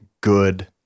good